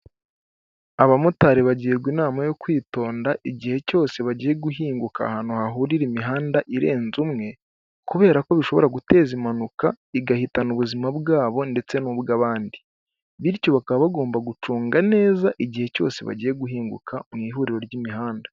Abamotari bagirwa inama yo kwitonda igihe cyose bagiye guhinguka ahantu hahurira imihanda irenze umwe, kubera ko bishobora guteza impanuka igahitana ubuzima bwabo ndetse n'ubw'abandi, bityo bakaba bagomba gucunga neza igihe cyose bagiye guhinguka mu ihuriro ry'imihanda.